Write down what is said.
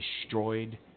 destroyed